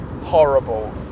horrible